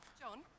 John